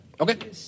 Okay